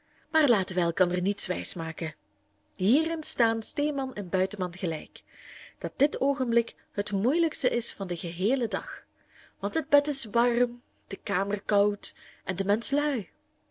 maar laten wij elkander niets wijsmaken hierin staan steeman en buitenman gelijk dat dit oogenblik het moeielijkste is van den geheelen dag want het bed is warm de kamer koud en de mensch lui